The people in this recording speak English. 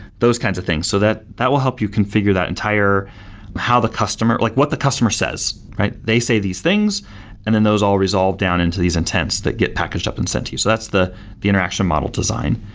those kinds of things. so that that will help you configure that entire how the customer, like what the customer says. they say these things and then those all resolve down into these intents that get packaged up and sent to you. so that's the the interaction model design.